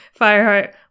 Fireheart